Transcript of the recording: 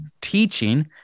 teaching